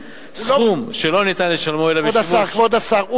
סכום שלא ניתן לשלמו אלא בשימוש בשטר כסף" כבוד השר,